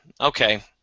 Okay